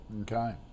Okay